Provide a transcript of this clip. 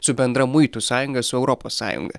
su bendra muitų sąjunga su europos sąjunga